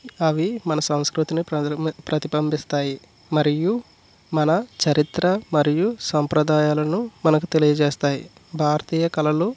అవి మన సంస్కృతిని ప్రతిబింబి ప్రతిబింబిస్తాయి మరియు మన చరిత్ర మరియు సంప్రదాయాలను మనకు తెలియజేస్తాయి భారతీయ కళలు